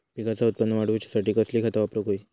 पिकाचा उत्पन वाढवूच्यासाठी कसली खता वापरूक होई?